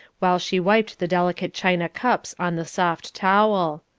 while she wiped the delicate china cups on the soft towel.